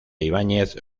ibáñez